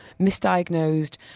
misdiagnosed